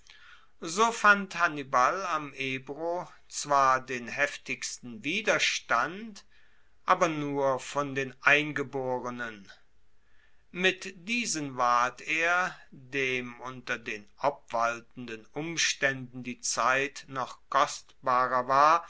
so fand hannibal am ebro zwar den heftigsten widerstand aber nur von den eingeborenen mit diesen ward er dem unter den obwaltenden umstaenden die zeit noch kostbarer war